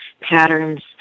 patterns